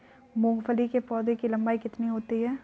मूंगफली के पौधे की लंबाई कितनी होती है?